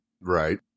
Right